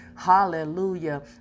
Hallelujah